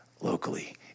locally